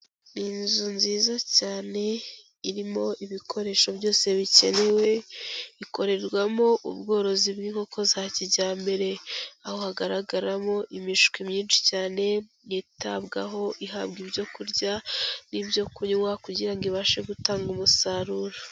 Inzu nziza cyane irimo ibikoresho byose bikenewe, ikorerwamo ubworozi bw'inkoko za kijyambere, aho hagaragaramo imishwi myinshi cyane yitabwaho ihabwa ibyo kurya n'ibyokunywa, kugira ngo ibashe gutanga umusaruro.